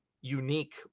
unique